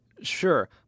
Sure